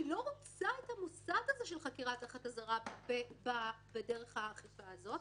אני לא רוצה את המושג הזה של "חקירה תחת אזהרה" בדרך האכיפה הזאת.